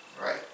Right